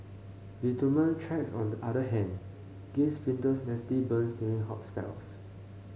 bitumen tracks on the other hand gave sprinters nasty burns during hot spells